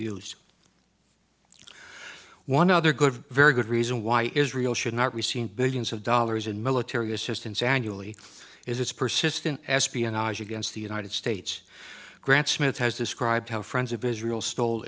views one other good very good reason why israel should not receive billions of dollars in military assistance annually is its persistent espionage against the united states grant smith has described how friends of israel stole